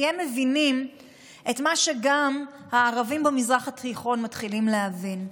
כי הם מבינים את מה שגם הערבים במזרח התיכון מתחילים להבין,